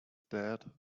dead